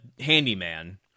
handyman